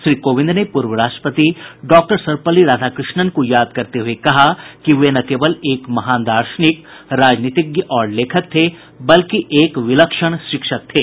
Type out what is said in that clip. श्री कोविंद ने पूर्व राष्ट्रपति डॉक्टर सर्वपल्ली राधाकृष्णन को याद करते हुए कहा कि वे न केवल एक महान दार्शनिक राजनीतिज्ञ और लेखक थे बल्कि एक विलक्षण शिक्षक थे